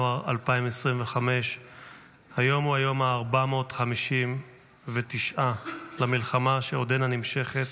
2025. היום הוא היום ה-459 למלחמה, שעודנה נמשכת,